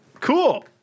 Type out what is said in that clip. Cool